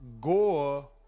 Gore